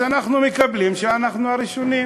אז אנחנו מקבלים שאנחנו הראשונים.